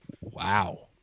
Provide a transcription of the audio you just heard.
Wow